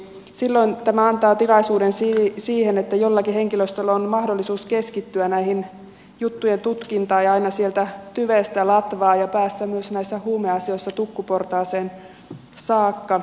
silloin tämä antaa tilaisuuden siihen että jollakin henkilöstöllä on mahdollisuus keskittyä näiden juttujen tutkintaan ja aina sieltä tyvestä latvaan ja päästä myös näissä huumeasioissa tukkuportaaseen saakka